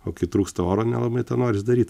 o kai trūksta oro nelabai to noris daryt